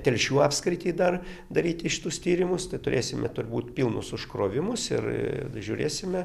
telšių apskritį dar daryti šitus tyrimus tai turėsime turbūt pilnus užkrovimus ir žiūrėsime